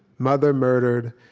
mother murdered.